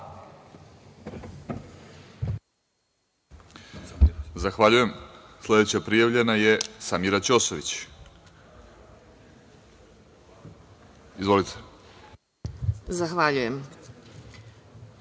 Zahvaljujem. Sledeća prijavljena je Samira Ćosović. Izvolite. **Samira